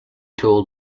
tool